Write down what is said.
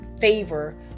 favor